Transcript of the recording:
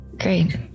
Great